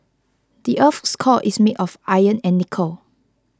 the earth's core is made of iron and nickel